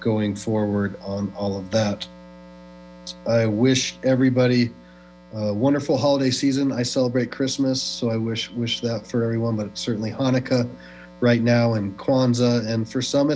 going forward on all that i wish everybody a wonderful holiday season i celebrate christmas so i wish wish that for everyone but certainly hanukkah right now and kwanzaa and for some